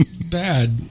bad